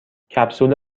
کپسول